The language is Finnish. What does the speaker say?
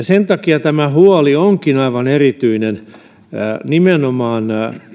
sen takia tämä huoli onkin aivan erityinen nimenomaan